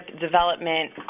development